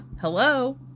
Hello